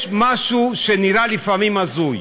יש משהו שנראה לפעמים הזוי,